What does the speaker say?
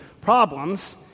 problems